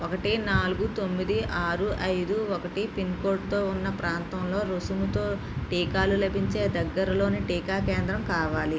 ఒకటి నాలుగు తొమ్మిది ఆరు ఐదు ఒకటి పిన్ కోడ్తో ఉన్న ప్రాంతంలో రుసుముతో టీకాలు లభించే దగ్గరలోని టీకా కేంద్రం కావాలి